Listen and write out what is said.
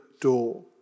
door